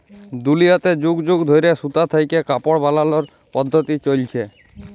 দুলিয়াতে যুগ যুগ ধইরে সুতা থ্যাইকে কাপড় বালালর পদ্ধতি চইলছে